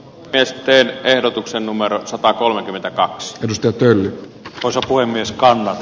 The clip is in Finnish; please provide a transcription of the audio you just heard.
esitteen ehdotuksen numerot satakolmekymmentä kaksrivistetyllä kroisos puhemieskaudella